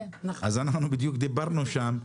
בדיוק דיברנו שם,